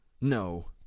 no